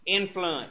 Influence